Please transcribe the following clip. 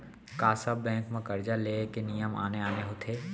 का सब बैंक म करजा ले के नियम आने आने होथे?